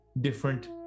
different